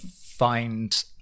find